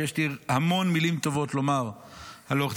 ויש לי המון מילים טובות לומר על עו"ד